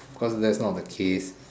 of course that's not the case